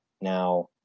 Now